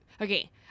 Okay